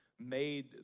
made